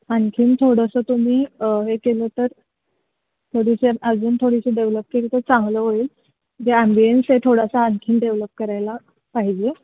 आणखी थोडंसं तुम्ही हे केलं तर थोडीशी अजून थोडीशी डेव्हलप केली तर चांगलं होईल जे ॲम्बियन्स हे थोडंसं आणखीन डेव्हलप करायला पाहिजे